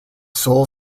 sole